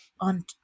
on